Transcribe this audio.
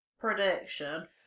prediction